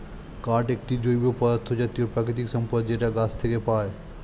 কাঠ একটি জৈব পদার্থ জাতীয় প্রাকৃতিক সম্পদ যেটা গাছ থেকে পায়